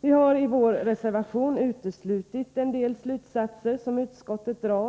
Vi har i vår reservation uteslutit en del slutsatser som utskottet drar.